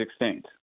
extinct